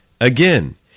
Again